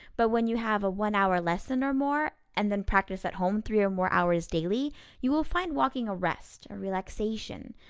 but when you have a one-hour lesson or more, and then practice at home three or more hours daily you will find walking a rest, a relaxation,